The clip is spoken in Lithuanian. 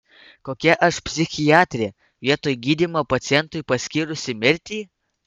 kokia aš psichiatrė vietoj gydymo pacientui paskyrusi mirtį